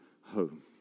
home